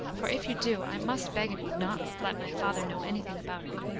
for, if you do, i must beg of you not let my father know any thing about it.